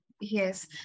Yes